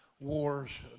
wars